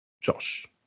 Josh